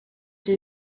two